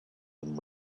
and